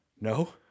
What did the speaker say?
No